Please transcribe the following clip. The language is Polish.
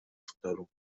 fotelu